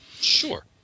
Sure